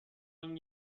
این